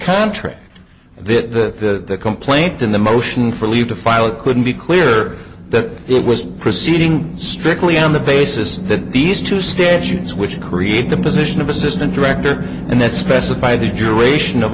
contract and that the complaint in the motion for leave to file it couldn't be clear that it was proceeding strictly on the basis that these two statutes which create the position of assistant director and that specify the duration of